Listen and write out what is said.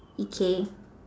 okay